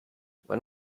when